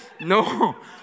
no